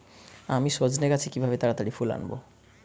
আমি সজনে গাছে কিভাবে তাড়াতাড়ি ফুল আনব?